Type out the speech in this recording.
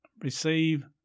receive